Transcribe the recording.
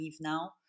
now